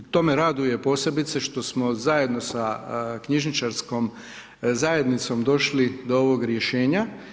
Tu smo, to me raduje posebice što smo zajedno sa Knjižničarskom zajednicom došli do ovog rješenja.